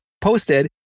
posted